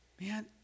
man